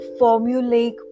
formulaic